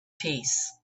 peace